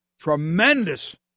Tremendous